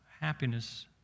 happiness